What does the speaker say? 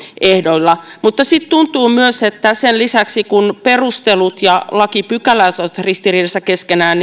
ehdoilla mutta sitten tuntuu myös että sen lisäksi että perustelut ja lakipykälät ovat ristiriidassa keskenään